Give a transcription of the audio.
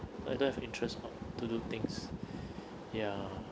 I don't have interest to do things ya